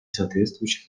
соответствующих